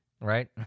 right